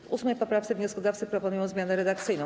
W 8. poprawce wnioskodawcy proponują zmianę redakcyjną.